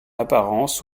apparence